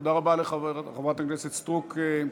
תודה רבה לחברת הכנסת סטרוק.